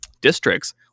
districts